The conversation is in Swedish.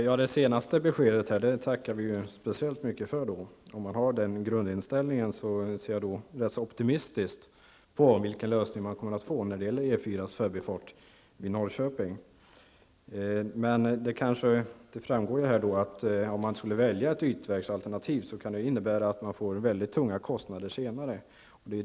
Fru talman! Jag tackar speciellt för det senaste beskedet. Om kommunikationsministern har den grundinställning, ser jag optimistiskt på vilken lösning det kommer att bli när det gäller E4-ans förbifart vid Norrköping. Det framgår här att om ett ytvägsalternativ skulle väljas, kan det innebära tunga kostnader senare.